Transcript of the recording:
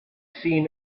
seen